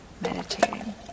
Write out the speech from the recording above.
meditating